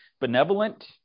benevolent